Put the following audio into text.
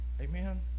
Amen